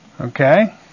Okay